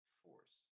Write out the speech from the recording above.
force